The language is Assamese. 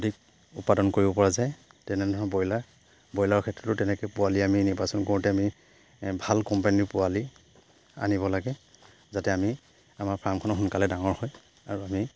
অধিক উৎপাদন কৰিব পৰা যায় তেনেধৰণে ব্ৰইলাৰ ব্ৰইলাৰ ক্ষেত্ৰতো তেনেকে পোৱালি আমি নিৰ্বাচন কৰোঁতে আমি ভাল কোম্পানীৰ পোৱালি আনিব লাগে যাতে আমি আমাৰ ফাৰ্মখনত সোনকালে ডাঙৰ হয় আৰু আমি